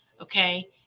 Okay